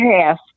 half